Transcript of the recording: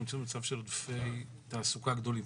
נמצאים במצב של עומסי תעסוקה גדולים.